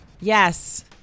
Yes